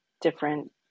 different